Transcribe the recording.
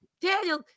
Daniel